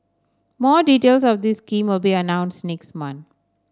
more details of this scheme will be announced next month